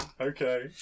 Okay